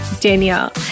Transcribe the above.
Danielle